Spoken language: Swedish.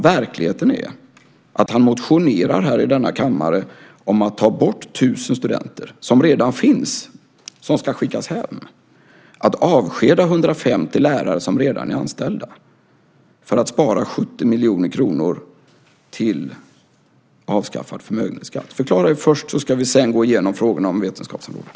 Verkligheten är att han motionerar i denna kammare om att ta bort 1 000 studenter som redan finns och som ska skickas hem och avskeda 150 lärare som redan är anställda för att spara 70 miljoner kronor till avskaffad förmögenhetsskatt. Förklara det först, och så ska vi sedan gå igenom frågorna om vetenskapsområdet.